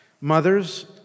Mothers